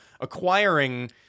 acquiring-